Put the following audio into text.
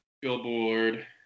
Billboard